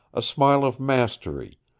a smile of mastery,